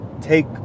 take